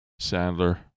Sandler